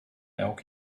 elk